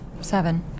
Seven